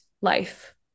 life